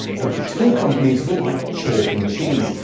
but the two companies were like chalk and cheese.